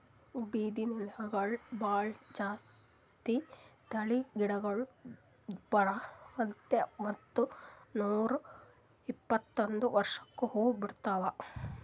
ಬಿದಿರ್ನ್ಯಾಗ್ ಭಾಳ್ ಜಾತಿ ತಳಿ ಗಿಡಗೋಳು ಅರವತ್ತೈದ್ ಮತ್ತ್ ನೂರ್ ಇಪ್ಪತ್ತೈದು ವರ್ಷ್ಕ್ ಹೂವಾ ಬಿಡ್ತಾವ್